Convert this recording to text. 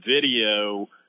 video